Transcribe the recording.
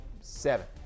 seven